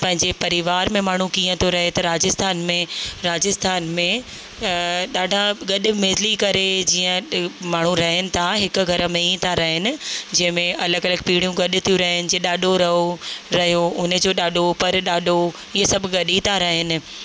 पंहिंजे परिवार में माण्हू कीअं थो रहे त राजस्थान में राजस्थान में ॾाढा गॾु मिली करे जीअं माण्हू रहनि था हिकु घर में ई था रहनि जंहिं में अलॻि अलॻि पीढ़ियूं गॾु थियूं रहनि जीअं ॾाॾो रओ रहियो हुनजो ॾाॾो पर ॾाॾो इहे सभु गॾु ई था रहनि